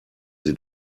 sie